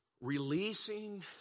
releasing